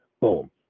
Boom